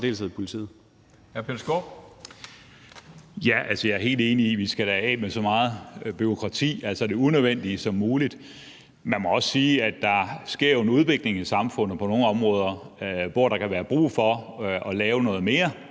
jeg er helt enig i, at vi da skal af med så meget af det unødvendige bureaukrati som muligt. Man må også sige, at der jo sker en udvikling i samfundet på nogle områder, hvor der kan være brug for at lave noget mere